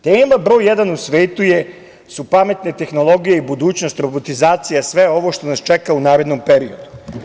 Tema broj jedan u svetu su pametne tehnologije i budućnost, robotizacija, sve ovo što nas čeka u narednom periodu.